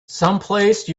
someplace